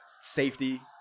safety